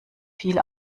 viel